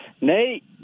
Nate